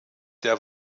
der